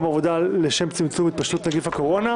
עבודה לשם צמצום התפשטות נגיף הקורונה.